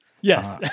Yes